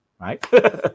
Right